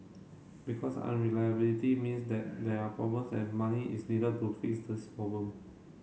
because unreliability means that there are problems and money is needed to fix these problem